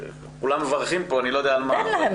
כולם מברכים פה, אני לא יודע על מה.